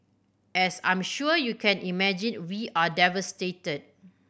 as I'm sure you can imagine we are devastated